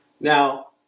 Now